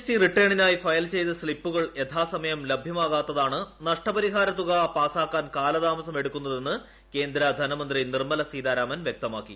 T റിട്ടേണിനായി file ചെയ്ത സ്തിപ്പുകൾ യഥാസമയം ലഭ്യമാകാത്തതാണ് നഷ്ടപരിഹാര തുക പാസാക്കാൻ കാലതാമസം എടുക്കുന്നതെന്ന് കേന്ദ്ര ധനമന്ത്രി നിർമലാ സീത്രാരാമൻ വ്യക്തമാക്കി